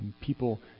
people